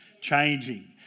changing